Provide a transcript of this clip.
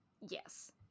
Yes